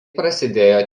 prasidėjo